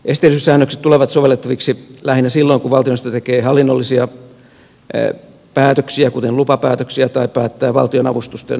esteellisyyssäännökset tulevat sovellettaviksi lähinnä silloin kun valtioneuvosto tekee hallinnollisia päätöksiä kuten lupapäätöksiä tai päättää valtionavustusten myöntämisestä